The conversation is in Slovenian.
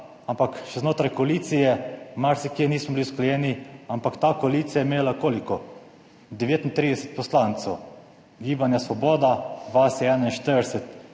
ampak še znotraj koalicije marsikje nismo bili usklajeni. Ampak ta koalicija je imela – koliko? 39 poslancev. Gibanje Svoboda vas je 41,